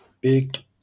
big